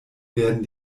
werden